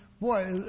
boy